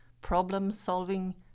problem-solving